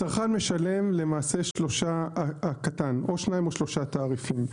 הצרכן משלם למעשה שניים או שלושה תעריפים.